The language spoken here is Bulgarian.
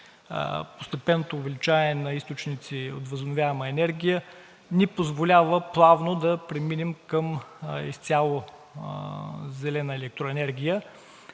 постепенното увеличаване на източници от възобновяема енергия ни позволява плавно да преминем към изцяло зелена електроенергия